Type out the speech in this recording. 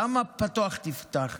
למה "פתוח תפתח"?